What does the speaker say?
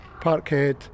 Parkhead